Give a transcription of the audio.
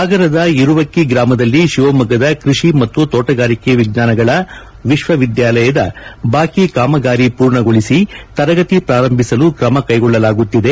ಸಾಗರದ ಇರುವಕ್ಕಿ ಗ್ರಾಮದಲ್ಲಿ ಶಿವಮೊಗ್ಗದ ಕೃಷಿ ಮತ್ತು ತೋಣಗಾರಿಕಾ ವಿಜ್ಞಾನಗಳ ವಿಶ್ವವಿದ್ಯಾಲಯದ ಬಾಕಿ ಕಾಮಗಾರಿ ಪೂರ್ಣಗೊಳಿಸಿ ತರಗತಿ ಪ್ರಾರಂಭಿಸಲು ಕ್ರಮಕೈಗೊಳ್ಳಲಾಗುತ್ತಿದೆ